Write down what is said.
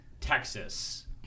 Texas